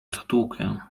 zatłukę